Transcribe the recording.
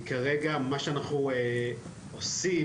כרגע, מה שאנחנו עושים,